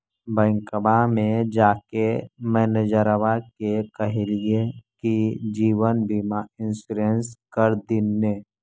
बैंकवा मे जाके मैनेजरवा के कहलिऐ कि जिवनबिमा इंश्योरेंस कर दिन ने?